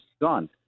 gone